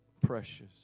precious